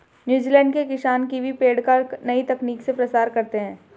New Zealand के किसान kiwi पेड़ का नई तकनीक से प्रसार करते हैं